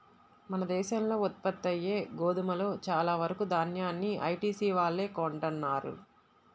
మన దేశంలో ఉత్పత్తయ్యే గోధుమలో చాలా వరకు దాన్యాన్ని ఐటీసీ వాళ్ళే కొంటన్నారు